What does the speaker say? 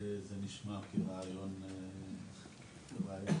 זה נשמע כרעיון טוב,